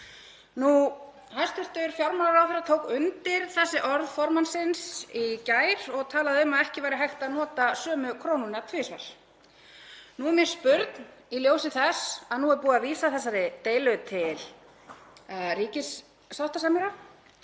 Hæstv. fjármálaráðherra tók undir þessi orð formannsins í gær og talaði um að ekki væri hægt að nota sömu krónuna tvisvar. Nú er mér spurn í ljósi þess að nú er búið að vísa þessari deilu til ríkissáttasemjara